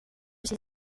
ces